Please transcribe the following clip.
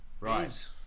right